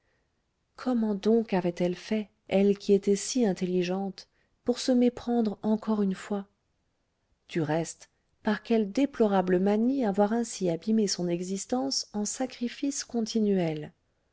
comment donc avait-elle fait elle qui était si intelligente pour se méprendre encore une fois du reste par quelle déplorable manie avoir ainsi abîmé son existence en sacrifices continuels